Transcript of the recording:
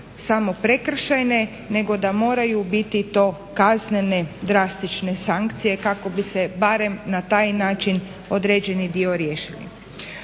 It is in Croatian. samo prekršajne, nego da moraju biti to kaznene drastične sankcije kako bi se barem na taj način određeni dio riješili.